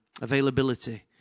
availability